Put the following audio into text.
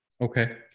Okay